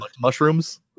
mushrooms